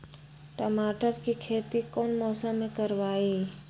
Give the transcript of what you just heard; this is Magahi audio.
टमाटर की खेती कौन मौसम में करवाई?